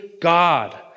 God